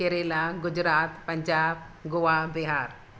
Kerala Gujarat Punjab Goa Bihar